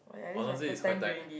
honestly it's quite ti~